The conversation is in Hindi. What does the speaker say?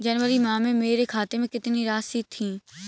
जनवरी माह में मेरे खाते में कितनी राशि थी?